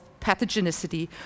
pathogenicity